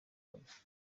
kagame